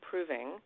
improving